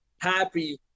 happy